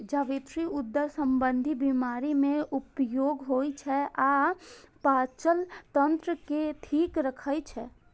जावित्री उदर संबंधी बीमारी मे उपयोग होइ छै आ पाचन तंत्र के ठीक राखै छै